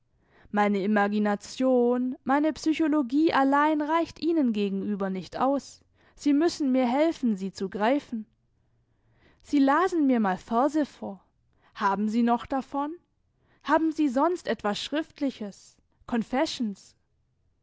meine imagination meine psychologie allein reicht ihnen gegenüber nicht aus sie müssen mir helfen sie zu greifen sie lasen mir mal verse vor haben sie noch davon haben sie sonst etwas schriftliches confessions